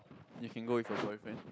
you can go with your boyfriend